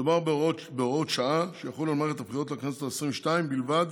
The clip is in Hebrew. מדובר בהוראות שעה שיחולו על מערכת הבחירות לכנסת העשרים-ושתיים בלבד,